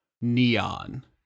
neon